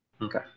Okay